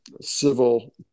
civil